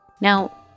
Now